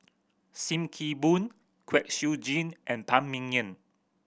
Sim Kee Boon Kwek Siew Jin and Phan Ming Yen